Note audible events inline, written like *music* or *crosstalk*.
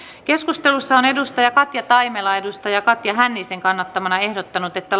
keskustelussa on katja taimela katja hännisen kannattamana ehdottanut että *unintelligible*